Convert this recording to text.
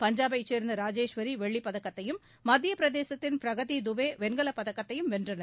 பஞ்சாபைச் சேர்ந்த ராஜேஸ்வரி வெள்ளிப்பதக்கத்தையும் மத்தியப் பிரதேசத்தின் பிரகதி துபே வெண்கலப் பதக்கத்தையும் வென்றனர்